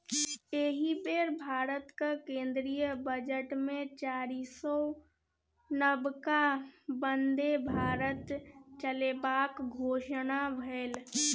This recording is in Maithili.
एहि बेर भारतक केंद्रीय बजटमे चारिसौ नबका बन्दे भारत चलेबाक घोषणा भेल